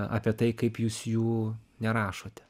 apie tai kaip jūs jų nerašote